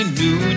new